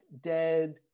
dead